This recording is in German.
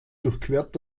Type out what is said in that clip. durchquert